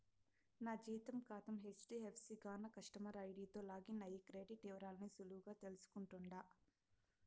నా జీతం కాతా హెజ్డీఎఫ్సీ గాన కస్టమర్ ఐడీతో లాగిన్ అయ్యి క్రెడిట్ ఇవరాల్ని సులువుగా తెల్సుకుంటుండా